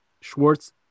Schwartz